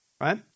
right